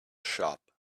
shop